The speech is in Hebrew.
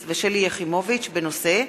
בנושא: